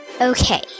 Okay